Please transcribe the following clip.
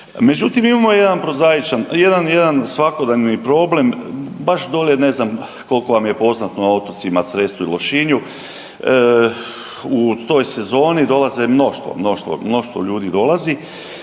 jedan, jedan svakodnevni problem, baš dole ne znam kolko vam je poznato na otocima Cresu i Lošinju, u toj sezoni dolazi mnoštvo, mnoštvo, mnoštvo ljudi dolazi